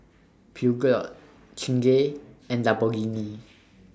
Peugeot Chingay and Lamborghini